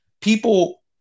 people